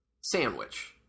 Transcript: Sandwich